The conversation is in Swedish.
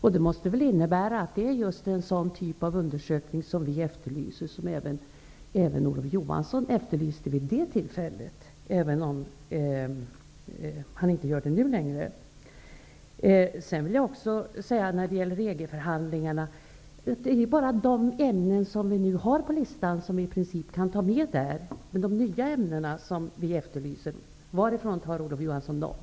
Detta måste väl innebära att just en sådan typ av undersökning som vi efterlyser är densamma som även Olof Johansson efterlyste vid det tillfället, även om han inte gör det nu längre. När det gäller EG-förhandlingarna vill jag också säga att det bara är de ämnen som vi nu har på listan som i princip kan tas med. Men varifrån tar Olof Johansson de nya ämnen som vi efterlyser?